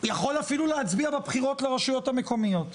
יכול אפילו להצביע בבחירות לרשויות המקומיות,